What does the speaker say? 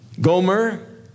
Gomer